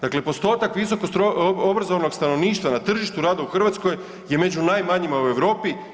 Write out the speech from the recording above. Dakle postotak visokoobrazovanog stanovništva na tržištu rada u Hrvatskoj je među najmanjima u Europi.